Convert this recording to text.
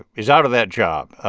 is out of that job.